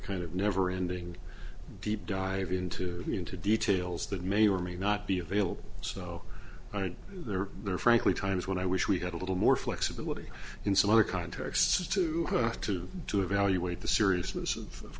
kind of never ending deep dive into into details that may or may not be available so there are frankly times when i wish we had a little more flexibility in some other contexts to have to to evaluate the seriousness of